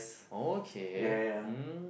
oh okay mm